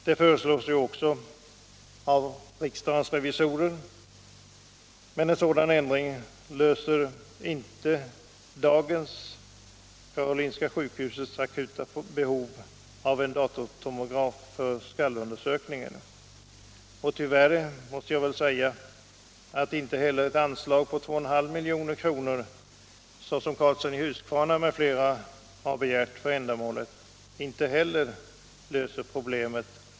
Det föreslås ju också av riksdagens revisorer, men en sådan ändring löser inte Karolinska sjukhusets akuta behov i dag av en datortomograf för skallundersökningar. Tyvärr måste jag säga att inte heller ett anslag på 2,5 milj.kr., som herr Karlsson i Huskvarna m.fl. har begärt för ändamålet, löser problemet.